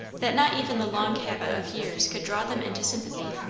that not even the long habit of years could draw them into sympathy.